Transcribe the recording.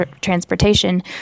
transportation